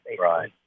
Right